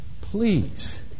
Please